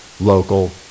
local